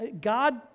God